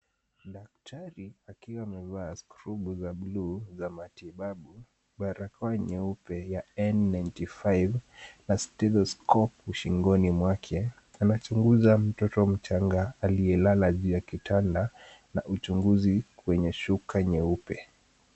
Daktari akiwa amevaa skrubu za buluu za matibabu, barakoa nyeupe ya N95 na stethoskopu shingoni mwake, anachunguza mtoto mchanga aliyelala juu ya kitanda na uchunguzi kwenye shuka nyeupe.